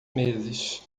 meses